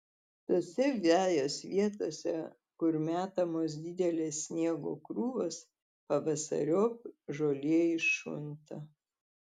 tose vejos vietose kur metamos didelės sniego krūvos pavasariop žolė iššunta